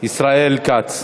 ישראל כץ.